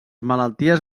malalties